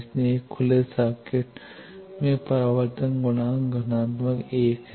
इसलिए एक खुले सर्किट में परावर्तन गुणांक धनात्मक 1 है